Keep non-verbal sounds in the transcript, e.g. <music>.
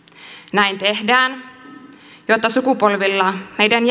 näin tehdään jotta sukupolvilla meidän <unintelligible>